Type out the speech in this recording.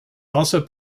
also